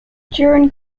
during